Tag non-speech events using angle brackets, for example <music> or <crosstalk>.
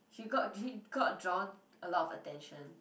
she got <noise> got drawn a lot of attention